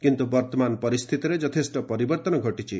କିନ୍ତୁ ବର୍ତ୍ତମାନ ପରିସ୍ଥିତିରେ ଯଥେଷ୍ଟ ପରିବର୍ତ୍ତନ ଘଟିଛି